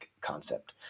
concept